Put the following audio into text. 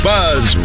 Buzz